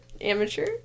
amateur